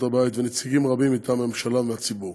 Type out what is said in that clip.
הבית ונציגים רבים מטעם הממשלה והציבור.